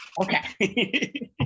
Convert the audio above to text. Okay